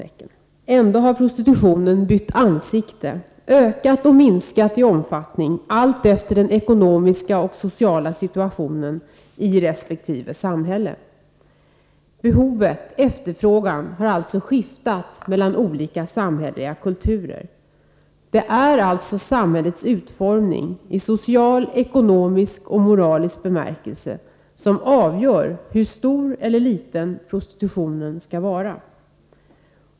Ändå har prostitutionen bytt ansikte, ökat och minskat i omfattning — allt efter den ekonomiska och sociala situationen i resp. samhälle. Behovet, efterfrågan, har skiftat mellan olika samhälleliga kulturer. Det är alltså samhällets utformning i social, ekonomisk och moralisk bemärkelse som avgör hur stor eller liten prostitutionen skall vara.